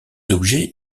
objets